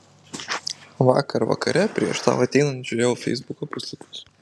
vakar vakare prieš tau ateinant žiūrinėjau feisbuko puslapius